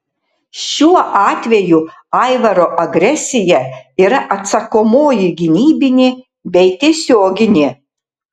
šiuo atveju aivaro agresija yra atsakomoji gynybinė bei tiesioginė